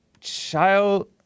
Child